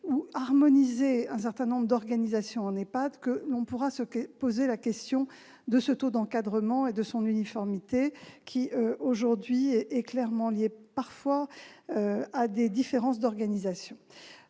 ou harmonisé un certain nombre d'organisations en EHPAD que nous pourrons nous poser la question du taux d'encadrement et de son uniformité, qui est aujourd'hui parfois clairement liée à des différences d'organisation.